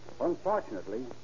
Unfortunately